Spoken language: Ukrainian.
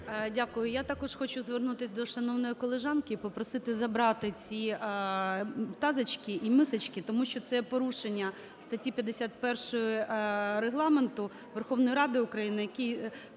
Дякую. Я також хочу звернутися до шановної колежанки і попросити забрати ці тазочки і мисочки. Тому що це порушення статті 51-ї Регламенту Верховної Ради України, який